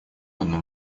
одну